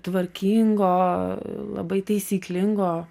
tvarkingo labai taisyklingo